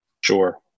sure